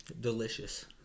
Delicious